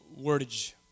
wordage